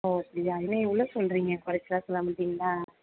ஓ அப்படியா என்ன இவ்வளோ சொல்லுறிங்க குறைச்சலா சொல்ல மாட்டிங்களா